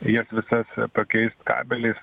jas visas pakeist kabeliais